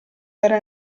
era